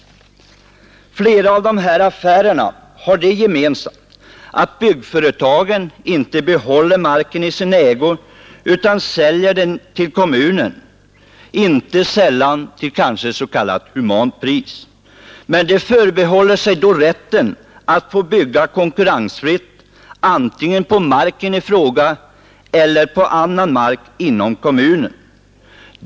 Flera av de här affärerna har det gemensamt att byggföretagen inte behåller marken i sin ägo utan säljer den till kommunen — inte sällan till s.k. humant pris — men de förbehåller sig då rätten att få bygga konkurrensfritt, antingen på marken i fråga eller på annan mark inom kommunen.